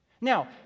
now